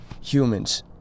humans